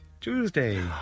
Tuesday